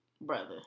brother